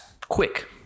quick